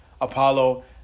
Apollo